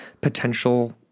potential